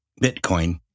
Bitcoin